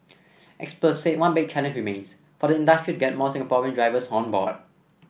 experts said one big challenge remains for the industry to get more Singaporean drivers on board